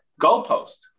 goalpost